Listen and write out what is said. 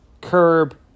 Curb